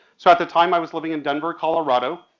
so at the time i was living in denver, colorado,